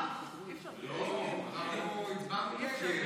אנחנו הצבענו נגד.